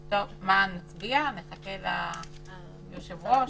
אני מזכירה שההצבעה היא על תנאי שהמליאה תאשר את הפיצול.